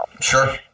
Sure